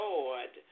Lord